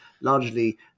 largely